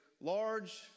large